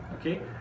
okay